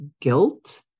guilt